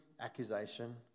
accusation